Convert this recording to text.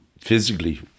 physically